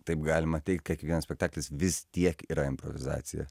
taip galima teigti kiekvienas spektaklis vis tiek yra improvizacija